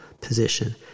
position